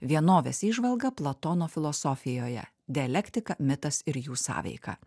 vienovės įžvalga platono filosofijoje dialektika mitas ir jų sąveika